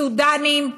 סודאנים,